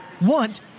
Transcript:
want